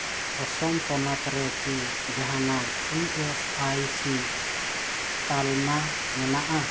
ᱟᱥᱟᱢ ᱯᱚᱱᱚᱛ ᱨᱮ ᱠᱤ ᱡᱟᱦᱟᱱᱟᱜ ᱛᱟᱞᱢᱟ ᱢᱮᱱᱟᱜᱼᱟ